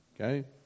Okay